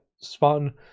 Spartan